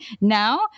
Now